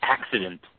accident